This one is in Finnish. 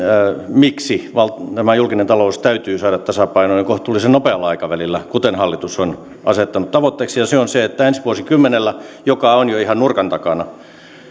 miksi tämä julkinen talous täytyy saada tasapainoon ja kohtuullisen nopealla aikavälillä kuten hallitus on asettanut tavoitteeksi ensi vuosikymmenellä joka on jo ihan nurkan takana